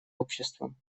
обществом